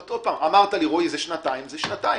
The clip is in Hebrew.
שוב, אמרת שנתיים, זה שנתיים.